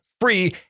free